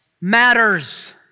matters